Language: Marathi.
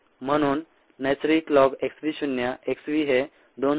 म्हणून नैसर्गिक लॉग x v शून्य x v हे 2